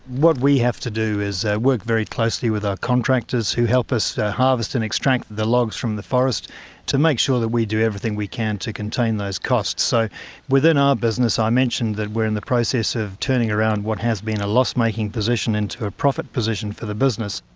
what we have to do is work very closely with our contractors who help us harvest and extract the logs from the forest to make sure that we do everything we can to contain those costs. so within our business, i mentioned that we're in the process of turning around what has been a loss-making position into a profit position for the business.